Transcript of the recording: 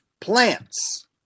plants